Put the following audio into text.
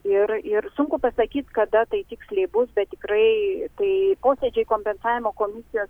ir ir sunku pasakyt kada tai tiksliai bus bet tikrai tai posėdžiai kompensavimo komisijos